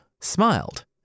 smiled